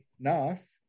Nas